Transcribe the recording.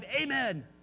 amen